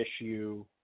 issue